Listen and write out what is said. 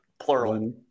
Plural